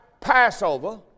Passover